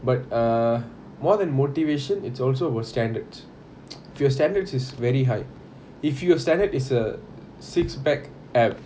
but err more than motivation it's also about standards if your standards is very high if your standard is a six pack ab